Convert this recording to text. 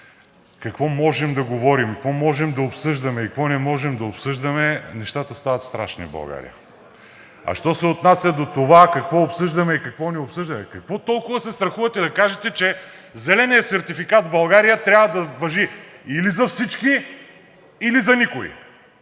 какво можем да говорим, какво можем и какво не можем да обсъждаме, нещата стават страшни в България. А що се отнася до това какво обсъждаме и какво не обсъждаме. Какво толкова се страхувате да кажете, че зеленият сертификат в България трябва да важи или за всички, или за никого?